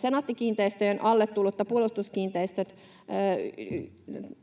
Senaatti-kiinteistöjen alle tullutta Puolustuskiinteistöt-yhtiötä,